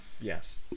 Yes